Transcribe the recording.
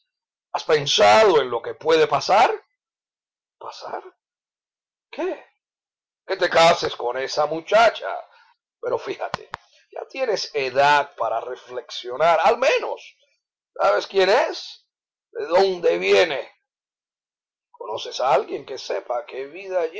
has pensado en lo que puede pasar pasar qué que te cases con esa muchacha pero fíjate ya tienes edad para reflexionar al menos sabes quién es de dónde viene conoces a alguien que sepa qué vida